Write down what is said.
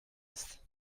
ist